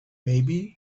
maybe